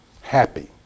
Happy